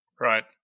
Right